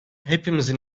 hepimizin